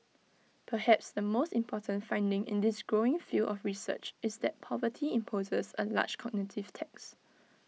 perhaps the most important finding in this growing field of research is that poverty imposes A large cognitive tax